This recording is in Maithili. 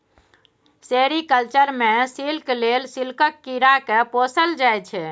सेरीकल्चर मे सिल्क लेल सिल्कक कीरा केँ पोसल जाइ छै